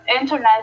internet